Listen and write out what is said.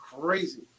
crazy